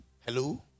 Hello